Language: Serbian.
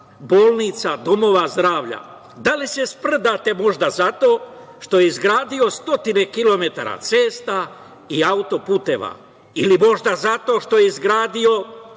bolnica, domova zdravlja? Da li se sprdate možda zato što je izgradio stotine kilometara puteva i auto-puteva ili možda zato što je izgradio,